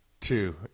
two